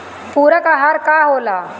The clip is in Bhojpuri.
पुरक अहार का होला?